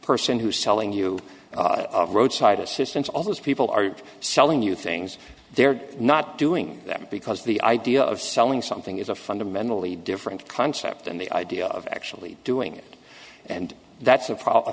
person who's selling you roadside assistance all those people are selling you things they're not doing that because the idea of selling something is a fundamentally different concept and the idea of actually doing it and that's a